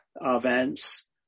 events